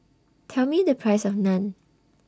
Tell Me The Price of Naan